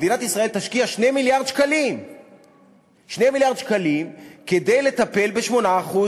מדינת ישראל תשקיע 2 מיליארד שקלים כדי לטפל ב-8%